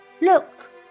Look